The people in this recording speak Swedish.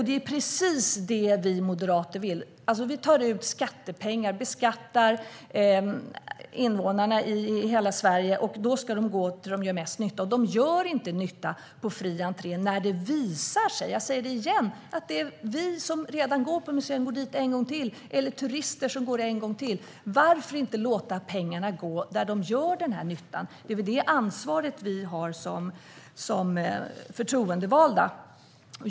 Det är precis det vi moderater vill. Vi beskattar invånarna i hela Sverige, och skattepengarna ska gå dit där de gör mest nytta. De gör inte nytta på fri entré när det visar sig - jag säger det igen - att turister eller vi som redan går på museum går dit en gång till. Varför inte låta pengarna gå dit där de gör nytta? Det är väl det ansvar vi har som förtroendevalda.